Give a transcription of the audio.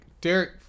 Derek